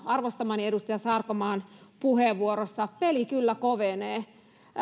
arvostamani edustaja sarkomaan puheenvuorossa peli kyllä kovenee